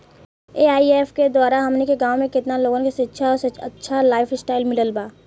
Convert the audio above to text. AIF के द्वारा हमनी के गांव में केतना लोगन के शिक्षा और अच्छा लाइफस्टाइल मिलल बा